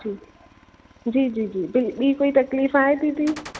जी जी जी जी ॿी ॿी कोई तकलीफ़ आहे दीदी